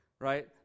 right